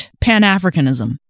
Pan-Africanism